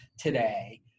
today